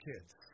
kids